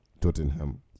Tottenham